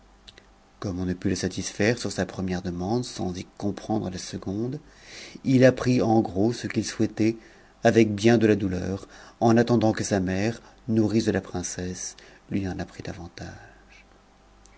comme on ne put le satisfaire sur sa première demande sans y comprendre la seconde il apprit en gros ce qu'il souhaitait avec bien de la douleur en attendant que sa mère nourrice de la princesse lui en apprit davantage